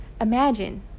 Imagine